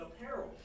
apparel